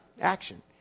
Action